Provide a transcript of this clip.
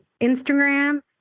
Instagram